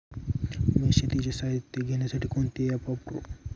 मी शेतीचे साहित्य घेण्यासाठी कोणते ॲप वापरु?